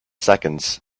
seconds